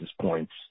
points